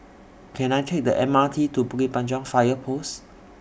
Can I Take The M R T to Bukit Panjang Fire Post